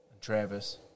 Travis